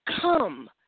come